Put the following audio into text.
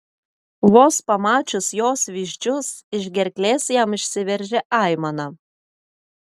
vos pamačius jos vyzdžius iš gerklės jam išsiveržė aimana